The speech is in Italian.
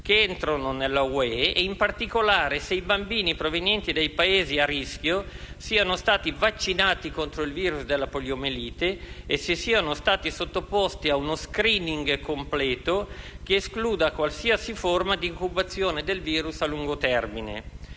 che entrano nell'Unione europea; se i bambini provenienti dai Paesi a rischio siano stati vaccinati contro il virus della poliomelite e sottoposti ad uno *screening* completo che escluda qualsiasi forma di incubazione del virus a lungo termine;